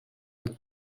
would